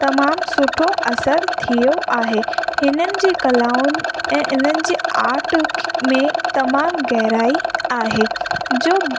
तमामु सुठो असरु थियो आहे हिननि जे कलाऊं ऐं इन्हनि जे आट में तमामु गहराई आहे जो